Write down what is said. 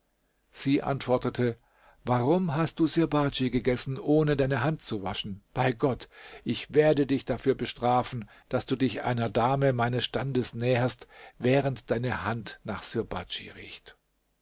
sie antwortete warum hast du sirbadj gegessen ohne deine hand zu waschen bei gott ich werde dich dafür bestrafen daß du dich einer dame meines standes näherst während deine hand nach sirbadj riecht